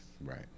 right